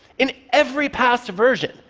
in every past version,